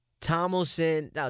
Tomlinson